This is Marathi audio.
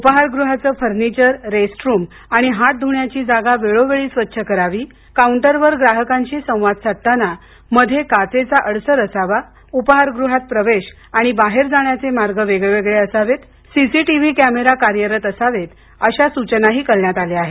उपाहारगृहाचं फर्निचर रेस्ट रूम आणि हात धृण्याची जागा वेळोवेळी स्वच्छ करावी काउंटरवर ग्राहकांशी संवाद साधताना मध्ये काचेचा अडसर असावं उपाहारगृहात प्रवेश आणि बाहेर जाण्याचे मार्ग वेगळे असावेत सीसीटीव्ही कॅमेरा कार्यरत असावेत अशा सूचना करण्यात आल्या आहेत